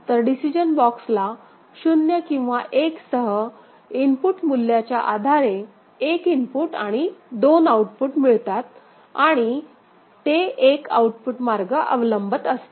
तर डिसिजन बॉक्सला 0 किंवा 1 सह इनपुट मूल्याच्या आधारे एक इनपुट आणि दोन आउटपुट मिळतात आणि ते एक आउटपुट मार्ग अवलंबत असते